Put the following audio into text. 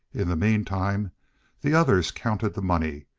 in the meantime the others counted the money,